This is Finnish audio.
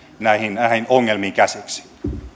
näihin ongelmiin käsiksi